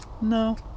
No